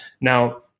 Now